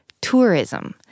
tourism